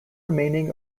remaining